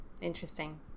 interesting